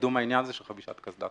לקידום העניין של חבישת קסדה.